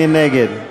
מי נגד?